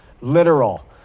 literal